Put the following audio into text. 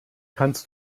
kannst